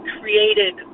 created